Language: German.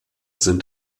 sind